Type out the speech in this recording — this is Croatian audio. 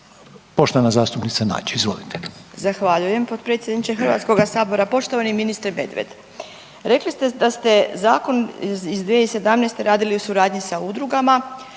Poštovana zastupnica Nađ izvolite.